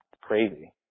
crazy